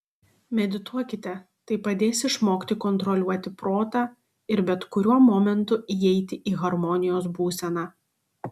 medituokite tai padės išmokti kontroliuoti protą ir bet kuriuo momentu įeiti į harmonijos būseną